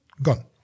Gone